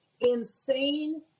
insane